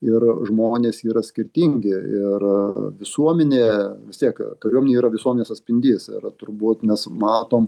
ir žmonės yra skirtingi ir visuomenė vis tiek kariuomenė yra visuomenės atspindys ir turbūt mes matom